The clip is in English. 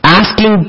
asking